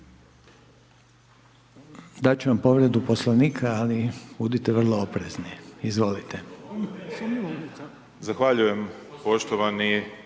ću vam povredu Poslovnika ali budite vrlo oprezni. Izvolite.